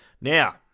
Now